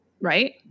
Right